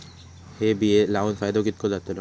हे बिये लाऊन फायदो कितको जातलो?